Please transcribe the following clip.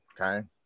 okay